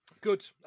Good